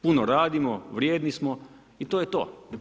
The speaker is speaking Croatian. Puno radimo, vrijedni smo i to je to.